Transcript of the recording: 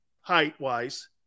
height-wise